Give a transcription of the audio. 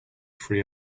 free